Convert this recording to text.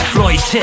Floyd